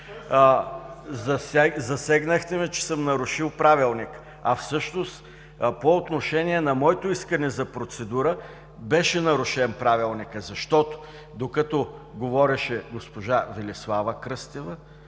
Засегнахте ме, че съм нарушил Правилника. Всъщност по отношение на моето искане за процедура беше нарушен Правилникът, защото, докато говореше госпожа Велислава Кръстева,